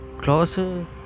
closer